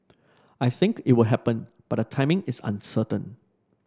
I think it will happen but the timing is uncertain